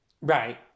Right